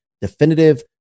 definitive